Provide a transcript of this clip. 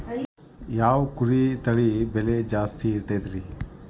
ಯಾವ ಕುರಿ ತಳಿ ಬೆಲೆ ಜಾಸ್ತಿ ಇರತೈತ್ರಿ?